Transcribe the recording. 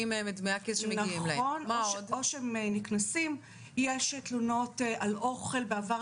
עד כמה אתם נכנסים באמת לחיים